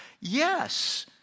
Yes